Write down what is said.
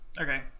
Okay